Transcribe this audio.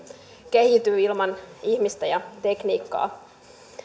kehity ilman ihmistä ja tekniikkaa